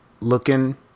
looking